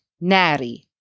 nari